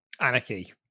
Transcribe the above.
Anarchy